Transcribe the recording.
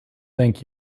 thank